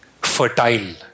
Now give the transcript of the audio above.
fertile